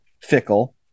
fickle